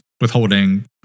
Withholding